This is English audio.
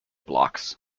blocks